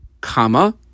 comma